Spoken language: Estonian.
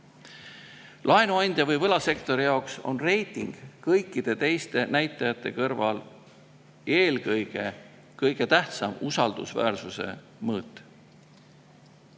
Laenuandja või võlasektori jaoks on reiting kõikide teiste näitajate kõrval eelkõige kõige tähtsam usaldusväärsuse mõõt.